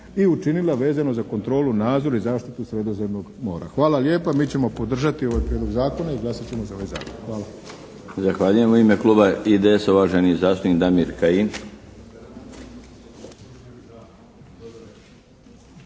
i učinila vezano za kontrolu, nadzor i zaštitu Sredozemnog mora. Hvala lijepa. Mi ćemo podržati ovaj prijedlog zakona i glasat ćemo za ovaj zakon.